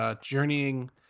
journeying